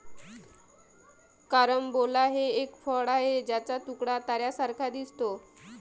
carambola हे एक फळ आहे ज्याचा तुकडा ताऱ्यांसारखा दिसतो